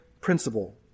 principle